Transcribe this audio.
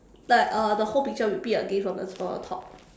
like uh the whole picture repeat again from the from the top